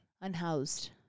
Unhoused